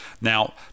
now